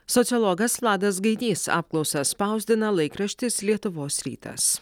sociologas vladas gaidys apklausą spausdina laikraštis lietuvos rytas